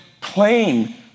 plain